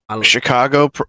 Chicago